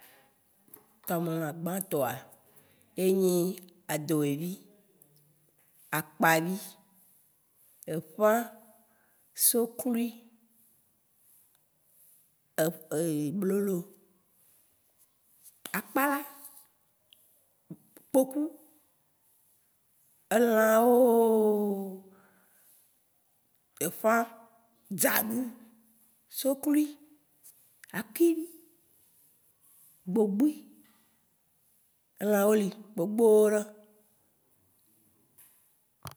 Tomélã gbãtɔa yé nyi adowèvi, akpavi, éƒã, soklui, blolo, akpala, kpoku, élãwoo éfã, dzaɖu, soklui, aki, gogbui. Elãwo li gbogboéɖan.